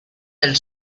del